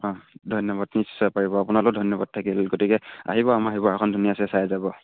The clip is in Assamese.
অঁ ধন্যবাদ নিশ্চয় পাৰিব আপোনালৈও ধন্যবাদ থাকিল গতিকে আহিব আমাৰ শিৱসাগৰখন ধুনীয়াছে চাই যাব